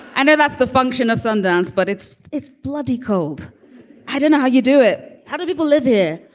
i know that's the function of sundance, but it's it's bloody cold i don't know how you do it. how do people live here?